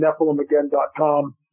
NephilimAgain.com